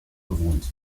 bewohnt